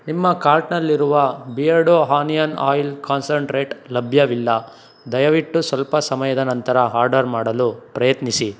ನಿಮ್ಮ ಕಾರ್ಟ್ನಲ್ಲಿರುವ ಬಿಯರ್ಡೋ ಹಾನಿಯನ್ ಆಯಿಲ್ ಕಾನ್ಸೆಂಟ್ರೇಟ್ ಲಭ್ಯವಿಲ್ಲ ದಯವಿಟ್ಟು ಸ್ವಲ್ಪ ಸಮಯದ ನಂತರ ಆರ್ಡರ್ ಮಾಡಲು ಪ್ರಯತ್ನಿಸಿ